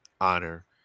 honor